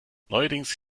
neuerdings